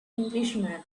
englishman